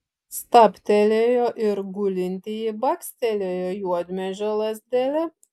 stabtelėjo ir gulintįjį bakstelėjo juodmedžio lazdele